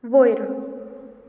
वयर